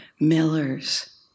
millers